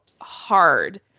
hard